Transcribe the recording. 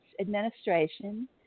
administration